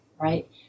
right